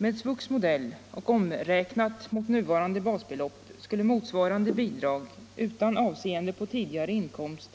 Med SVUX modell och omräknat mot nuvarande basbelopp skulle motsvarande bidrag utan avseende på tidigare inkomst,